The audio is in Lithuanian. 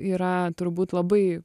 yra turbūt labai